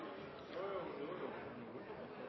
da har du